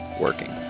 working